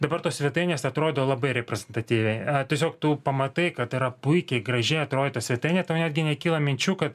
dabar tos svetainės atrodo labai reprezentatyviai tiesiog tu pamatai kad yra puikiai gražiai atrodo ta svetainė tau netgi nekyla minčių kad